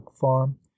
farm